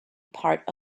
part